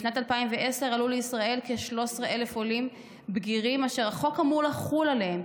בשנת 2010 עלו לישראל כ-13,000 עולים בגירים אשר החוק אמור לחול עליהם,